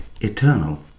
eternal